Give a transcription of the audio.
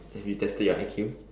have you tested your I_Q